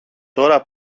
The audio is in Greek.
τώρα